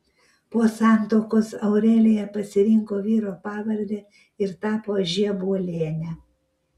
po santuokos aurelija pasirinko vyro pavardę ir tapo žebuoliene